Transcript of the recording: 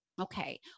Okay